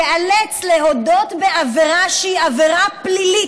ייאלץ להודות בעבירה שהיא עבירה פלילית